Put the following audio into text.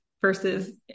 versus